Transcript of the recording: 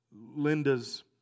Linda's